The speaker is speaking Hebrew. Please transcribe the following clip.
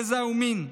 גזע ומין.